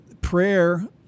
prayer